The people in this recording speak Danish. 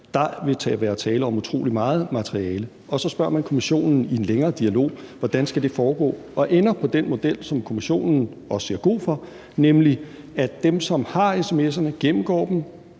der vil være tale om utrolig meget materiale, og så spørger man kommissionen i en længere dialog, hvordan det skal foregå, og ender på den model, som kommissionen også siger god for, nemlig at dem, som har sms'erne, gennemgår dem